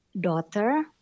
daughter